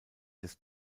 des